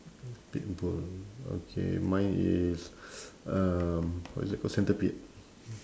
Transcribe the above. pit bull okay mine is um what is that called centipede